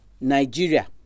nigeria